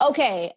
Okay